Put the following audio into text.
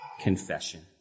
confession